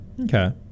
Okay